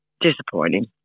disappointing